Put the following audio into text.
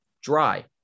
dry